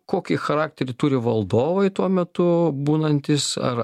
kokį charakterį turi valdovai tuo metu būnantys ar